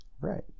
right